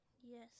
yes